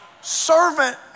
servant